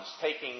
taking